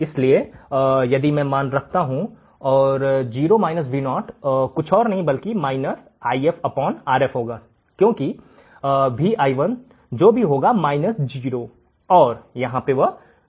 इसलिए यदि मैं मान रखता हूं और 0 Vo कुछ और नहीं बल्कि lfRf होगा क्योंकि Vi1 जो भी होगा 0 और यहां Vo है